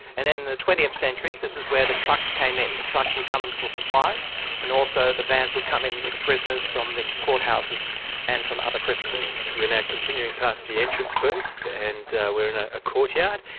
and in the twentieth century this is where the trucks came in. the trucks would come in for supplies and also the vans would come in with the prisoners from the courthouses and from other prisons. we're now continuing past the entrance booth and we're in ah a courtyard.